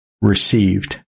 received